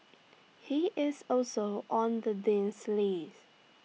he is also on the Dean's list